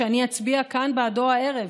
שאני אצביע כאן בעדו הערב,